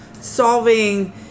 solving